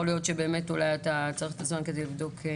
יכול להיות שבאמת אולי אתה צריך את הזמן כדי לבדוק.